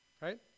right